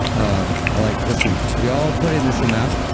um like listen, we all put in this amount.